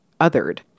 othered